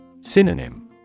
Synonym